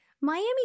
Miami